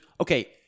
okay